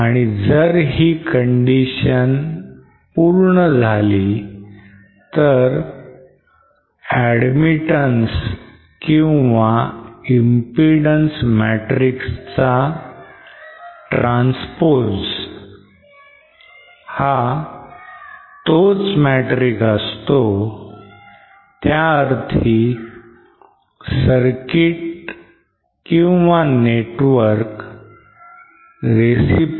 आणि जर ही condition पूर्ण झाली तर admittance किंवा impedance matrixचा transpose हा तोच matrix असतो त्याअर्थी circuit किंवा network reciprocal आहे